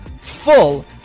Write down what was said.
full